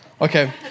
Okay